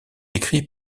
écrit